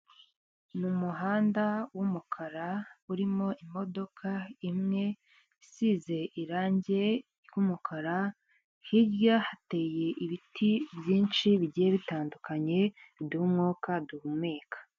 Mu muhanda w'umukara urimo imodoka imwe, isize irangi ry'umukara, hirya hateye ibiti byinshi bigiye bitandukanye, biduha umwuka duhumeka.